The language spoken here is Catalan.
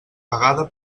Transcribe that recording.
pagada